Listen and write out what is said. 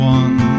one